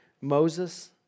Moses